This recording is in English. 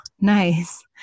nice